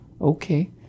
okay